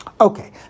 Okay